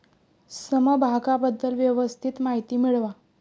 समभागाबद्दल व्यवस्थित माहिती मिळवा